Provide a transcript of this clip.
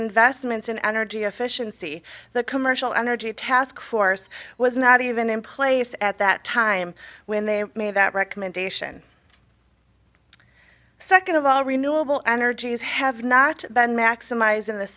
investments in energy efficiency the commercial energy task force was not even in place at that time when they made that recommendation second of all renewable energies have not been maximized in th